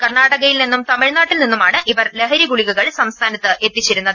കർണാടകയിൽ നിന്നും തമിഴ്നാട്ടിൽ നിന്നുമാണ് ഇവർ ലഹരി ഗുളികകൾ സംസ്ഥാന ത്ത് എത്തിച്ചിരുന്നത്